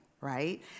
right